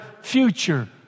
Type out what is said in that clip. future